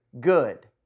good